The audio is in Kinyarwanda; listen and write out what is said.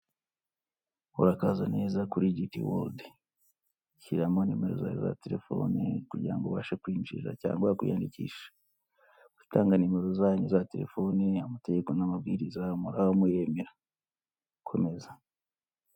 Urakaza neza kuri giti wodi, shyiramo nimero zawe za telefone kugira ubashe kwinjira cyangwa kwiyandikisha, muratanga nimero zanyu za telefone amategeko n'amabwiriza muraba muyemera komeza.